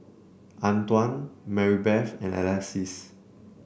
Antwan Marybeth and Alexis